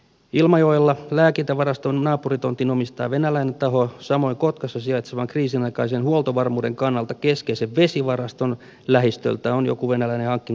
ilmajoella lääkintävaraston naapuritontin omistaa venäläinen taho samoin kotkassa sijaitsevan kriisinaikaisen huoltovarmuuden kannalta keskeisen vesivaraston lähistöltä on joku venäläinen hankkinut maata